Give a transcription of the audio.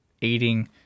eating